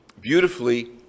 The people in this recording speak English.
beautifully